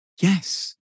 Yes